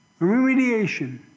Remediation